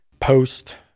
Post